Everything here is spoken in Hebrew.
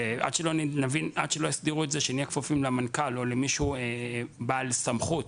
עד שלא יסדירו את זה שנהיה כפופים למנכ"ל או למישהו בעל סמכות,